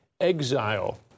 exile